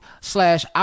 slash